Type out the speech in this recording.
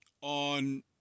on